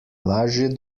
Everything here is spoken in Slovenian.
lažje